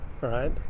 right